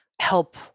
help